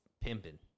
pimping